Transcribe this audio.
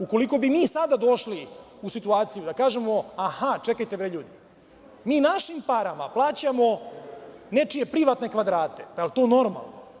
Ukoliko bi mi sada došli u situaciju da kažemo – čekajte, bre, ljudi, mi našim parama plaćamo nečije privatne kvadrate, pa jel to normalno?